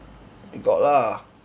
got lah